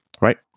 Right